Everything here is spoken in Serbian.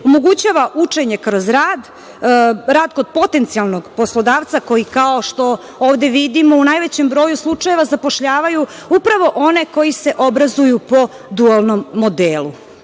Omogućava učenje kroz rad, rad kod potencijalnog poslodavca, koji kao što ovde vidimo, u najvećem broju slučajeva zapošljavaju upravo one koji se obrazuju po dualnom modelu. Obzirom